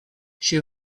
she